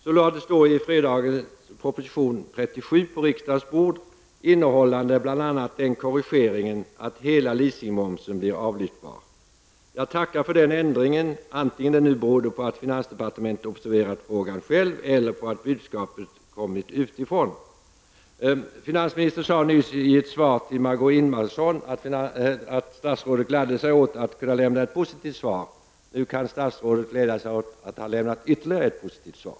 Så lades då i fredags proposition 37 på riksdagens bord, innehållande bl.a. den korrigeringen att hela leasingmomsen blir avlyftbar. Jag tackar för den ändringen vare sig den nu berodde på att finansdepartementet självt observerat frågan eller på att budskapet kommit utifrån. Finansministern sade nyss i ett svar till Margó Ingvardsson att statsrådet gladde sig åt att kunna lämna ett positivt svar. Nu kan statsrådet glädja sig åt att ha lämnat ytterligare ett positivt svar.